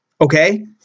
Okay